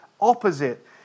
opposite